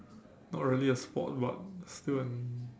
not really a sport but still an